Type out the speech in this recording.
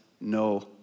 no